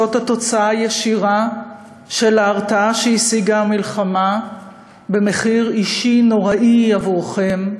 זאת התוצאה הישירה של ההרתעה שהשיגה המלחמה במחיר אישי נוראי עבורכם,